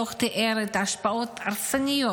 הדוח תיאר את ההשפעות ההרסניות